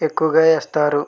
ఎక్కువగా వేస్తారు